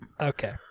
Okay